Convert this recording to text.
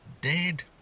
Dead